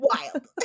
Wild